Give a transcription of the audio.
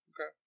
Okay